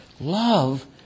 Love